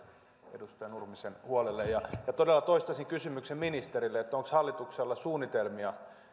edustaja nurmisen huolelle todella toistaisin kysymyksen ministerille onko hallituksella suunnitelmia